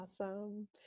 Awesome